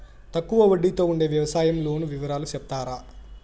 తక్కువ వడ్డీ తో ఉండే వ్యవసాయం లోను వివరాలు సెప్తారా?